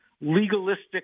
legalistic